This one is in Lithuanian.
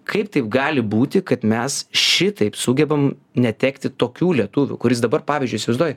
kaip taip gali būti kad mes šitaip sugebam netekti tokių lietuvių kuris dabar pavyzdžiui įsivaizduoji